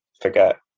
forget